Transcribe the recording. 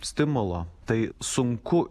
stimulo tai sunku